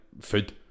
food